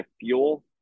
fuel